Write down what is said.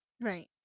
Right